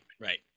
right